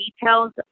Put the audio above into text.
details